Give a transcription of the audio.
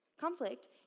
Conflict